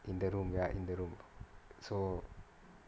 in the room ya in the room so